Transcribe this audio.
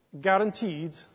guaranteed